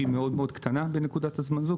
שהיא מאוד-מאוד קטנה בנקודת הזמן הזו,